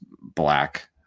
black